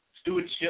stewardship